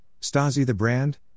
Stasi-The-Brand